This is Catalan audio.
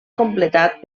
completat